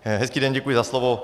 Hezký den, děkuji za slovo.